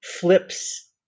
flips